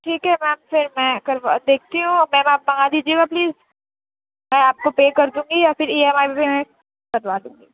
ٹھیک ہے میم پھر میں کروا دیکھتی ہوں میم آپ منگا دیجیے گا پلیز میں آپ کو پے کر دوں گی یا پھر ای ایم آئی بھی میں کروا دوں گی